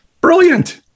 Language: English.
Brilliant